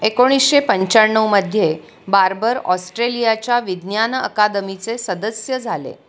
एकोणीसशे पंच्याण्णवमध्ये बार्बर ऑस्ट्रेलियाच्या विज्ञान अकादमीचे सदस्य झाले